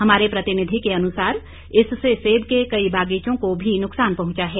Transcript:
हमारे प्रतिनिधि के अनुसार इससे सेब के कई बागीचों को भी नुक्सान पहुंचा है